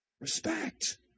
Respect